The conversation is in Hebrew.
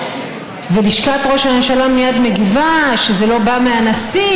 ולשכת ראש הממשלה מגיבה שזה לא בא מהנשיא,